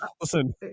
Listen